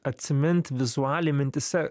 atsimint vizualiai mintyse